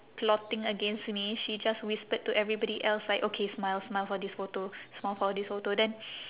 plotting against me she just whispered to everybody else like okay smile smile for this photo smile for this photo then